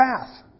path